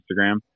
Instagram